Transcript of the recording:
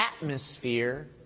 atmosphere